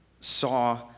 saw